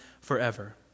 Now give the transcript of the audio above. forever